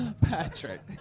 Patrick